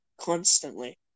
constantly